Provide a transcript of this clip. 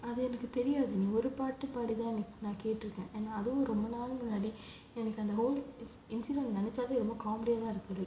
அது எனக்கு தெரியாது நீ ஒரு பாட்டு பாடி தான் நான் கேட்டு இருக்கேன் எனக்கு அந்த:athu ennaku teriyaathu nee oru paatu paadi thaan naan ketu irukkaen ennaku antha whole incident நெனைச்சாவே ரொம்ப:nenaichavae romba comedy ah இருக்குது:irukuthu